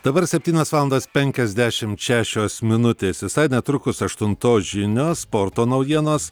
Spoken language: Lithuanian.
dabar septynios valandos penkiasdešimt šešios minutės visai netrukus aštuntos žinios sporto naujienos